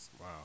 Wow